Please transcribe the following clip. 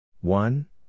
One